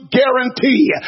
guarantee